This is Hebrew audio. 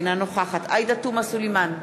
אינה נוכחת עאידה תומא סלימאן,